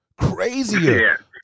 crazier